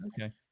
Okay